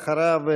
ואחריו,